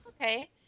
okay